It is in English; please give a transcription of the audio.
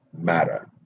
matter